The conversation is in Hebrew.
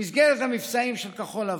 במסגרת המבצעים של מטה כחול לבן,